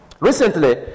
Recently